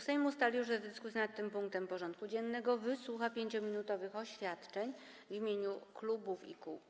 Sejm ustalił, że w dyskusji nad tym punktem porządku dziennego wysłucha 5-minutowych oświadczeń w imieniu klubów i kół.